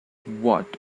what